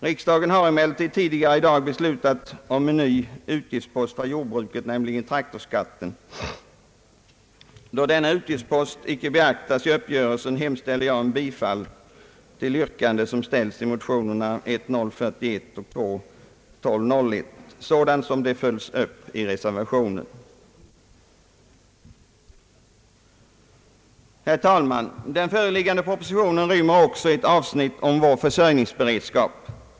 Riksdagen har emellertid redan beslutat icke har beaktats i uppgörelsen hemställer jag om bifall till det yrkande som har ställts i motionerna I: 1041 och IT: 1201 sådant som det följts upp i reservationen. Den föreliggande propositionen rymmer också ett avsnitt om vår försörjningsberedskap.